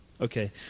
Okay